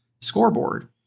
scoreboard